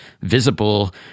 visible